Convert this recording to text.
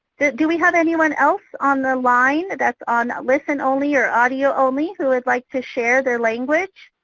do we have anyone else on the line that's on listen-only or audio only who would like to share their language?